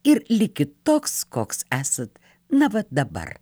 ir likit toks koks esat na va dabar